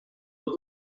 lot